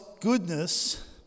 goodness